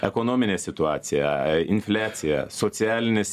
ekonominė situacija infliacija socialinis